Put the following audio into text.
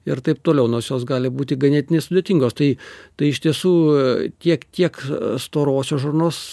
ir taip toliau nors jos gali būti ganėtinai sudėtingos tai tai iš tiesų tiek kiek storosios žarnos